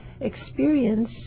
experience